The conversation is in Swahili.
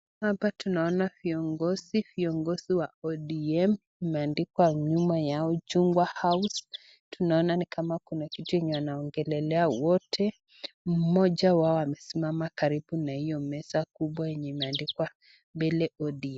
Hapa tunaona viongozi, viongozi wa ODM, imeandikwa nyuma yao chungwa (cs) house (cs), tunaona ni kama kuna kitu yenye wanaongelelea wote mmoja wao amesimama karibu na hiyo meza kubwa yenye imeandikwa mbele ODM .